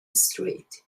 street